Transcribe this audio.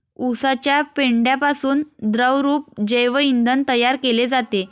उसाच्या पेंढ्यापासून द्रवरूप जैव इंधन तयार केले जाते